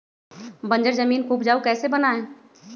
बंजर जमीन को उपजाऊ कैसे बनाय?